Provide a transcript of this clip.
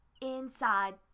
inside